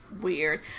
weird